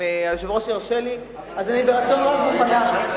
אם היושב-ראש ירשה לי, אז ברצון רב אני מוכנה.